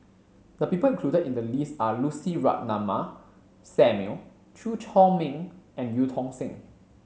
the people included in the list are Lucy Ratnammah Samuel Chew Chor Meng and Eu Tong Sen